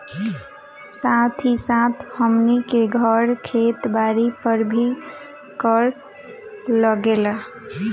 साथ ही साथ हमनी के घर, खेत बारी पर भी कर लागेला